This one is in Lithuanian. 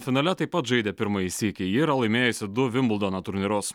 finale taip pat žaidė pirmąjį sykį ji yra laimėjusi du vimbldono turnyrus